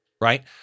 right